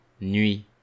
nuit